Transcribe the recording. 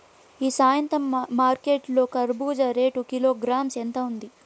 ఈ సాయంత్రం మార్కెట్ లో కర్బూజ రేటు కిలోగ్రామ్స్ ఎంత ఉంది?